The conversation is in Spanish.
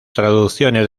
traducciones